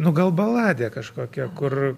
nu gal baladė kažkokia kur